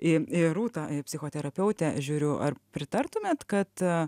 į į rūtą į psichoterapeutę žiūriu ar pritartumėt kad